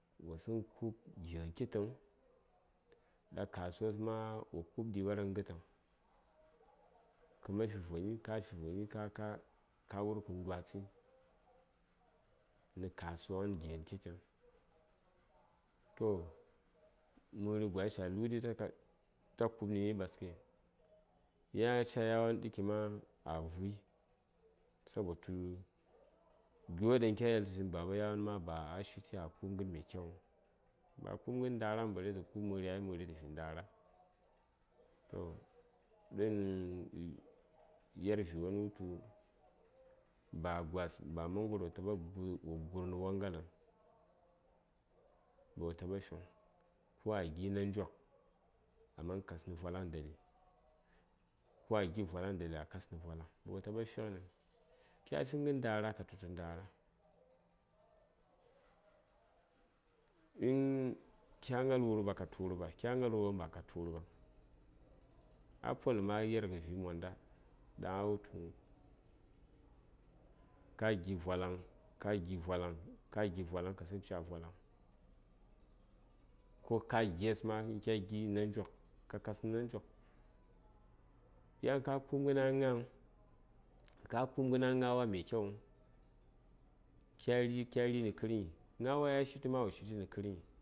wosəŋ ku:b gighən kittəŋ ɗa kasuwas ma wo ku:b ɗiɓarghən ghətəŋ kəman fi voni kafi voni kəmar wur kə ndwatsəi nə kasuwan nə gighən kitiŋ toh məri gwai ya ləɗi ka ta ku:b nə ni ɓaskəi yan aca yawon ɗəki ma a vuyi sabotu gyo ɗaŋ kya yeltə tu cin baba yawon ma ba a shiti a ku:b ghən mai kyauŋ ba a ku:b ghən ndaran bare tə ku:b məri ghai məri təfi ndara ɗun yer viwon wutu ba gwas ba mangoro wo taɓa wo gur nə wangaləŋ ba wo taɓa fiŋ ko a gi: nanjyok aman kas nə vwalaŋdali ko a gi: vwalaŋdali a man kas nə vwalaŋ ba wo taɓa fighəniŋ kya fighən ndar ka tutə ndara uhn kya gnal wurɓa ka tu wurɓa kyagnal wurɓaŋ ba katu wurɓa a poləm a yer ghə gi: vwalaŋ ka gi: vwalaŋ ko ka gies ma kya ginə nanjyok ka kasni nanjyok ka ku:b ghən a gnawa mai kyawu kya ri kya ri nə kərnyi gnawa ya shiti ma wo shishi nə kərnyi